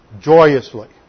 joyously